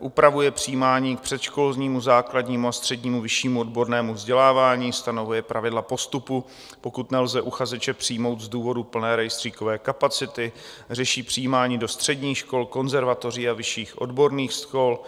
Upravuje přijímání k předškolnímu, základnímu, střednímu i vyššímu odbornému vzdělávání, stanovuje pravidla postupu, pokud nelze uchazeče přijmout z důvodu plné rejstříkové kapacity, řeší přijímání do středních škol, konzervatoří a vyšších odborných škol.